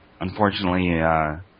Unfortunately